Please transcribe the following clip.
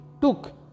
took